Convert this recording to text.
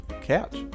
couch